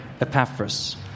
Epaphras